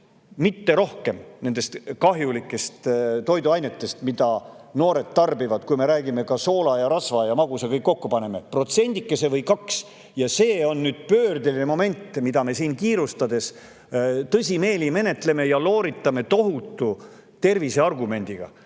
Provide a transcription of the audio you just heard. mitte rohkem, nendest kahjulikest toiduainetest, mida noored tarbivad. Kui me räägime soolast ja rasvast ja magusast ning need kõik kokku paneme, siis tuleb kokku protsendike või kaks. Ja see on nüüd see pöördeline moment, mida me siin kiirustades tõsimeeli menetleme ja looritame tohutu terviseargumendiga.